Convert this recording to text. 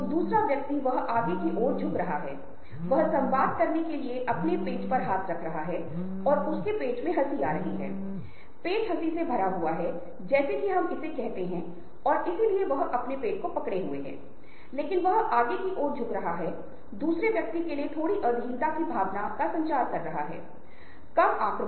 एक सकारात्मक mindset विकसित किया जाएगा जब आपके पास एक उद्देश्य होगा आपके पास लक्ष्य का एक निश्चित सेट होगा और एक सकारात्मक मानसिकता के साथ जो नेटवर्क के साथ है जिसे संपर्क करना है विकसित करना है के साथ संपर्क विकसित करना भी स्वचालित रूप से होगा